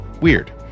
weird